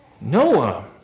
Noah